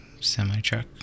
semi-truck